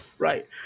Right